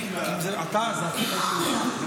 זו החלטה שלך.